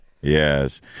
Yes